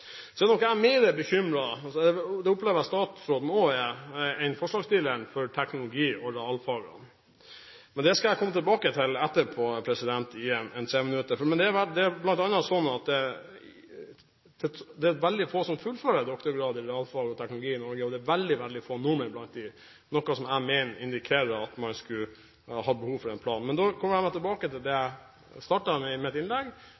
Så er nok jeg mer bekymret – og det opplever jeg at statsråden også er – enn forslagsstillerne for teknologi- og realfagene. Men det skal jeg komme tilbake til etterpå i et treminuttersinnlegg. Det er bl.a. slik at det er veldig få som fullfører doktorgrad i realfag og teknologi i Norge, og det er veldig, veldig få nordmenn blant dem, noe jeg mener indikerer at man skulle ha behov for en plan. Men da kommer jeg tilbake til det jeg startet med i mitt innlegg: